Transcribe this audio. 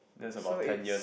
so it's